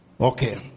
Okay